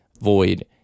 Void